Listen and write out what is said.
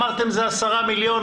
אמרתם: זה 10 מיליון,